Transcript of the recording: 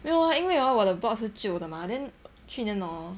没有啊因为 hor 我的 block 是旧的 mah then 去年 hor